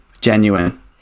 genuine